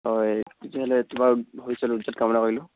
হয় তেতিয়াহ'লে তোমাৰ ভৱিষ্যত উজ্জ্বল কামনা কৰিলোঁ